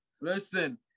Listen